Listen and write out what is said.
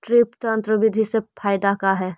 Drip तन्त्र बिधि के फायदा का है?